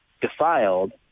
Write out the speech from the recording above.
defiled